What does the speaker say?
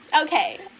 Okay